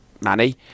Manny